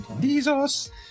Jesus